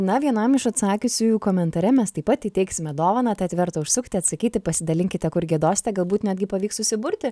na vienam iš atsakiusiųjų komentare mes taip pat įteiksime dovaną tad verta užsukti atsakyti pasidalinkite kur giedosite galbūt netgi pavyks susiburti